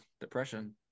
depression